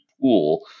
pool